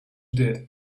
did